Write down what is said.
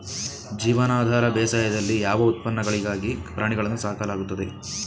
ಜೀವನಾಧಾರ ಬೇಸಾಯದಲ್ಲಿ ಯಾವ ಉತ್ಪನ್ನಗಳಿಗಾಗಿ ಪ್ರಾಣಿಗಳನ್ನು ಸಾಕಲಾಗುತ್ತದೆ?